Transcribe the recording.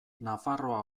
nafarroa